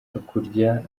hakurya